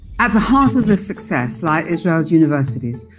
at the heart of this success lie israel's universities,